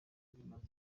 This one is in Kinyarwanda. bimaze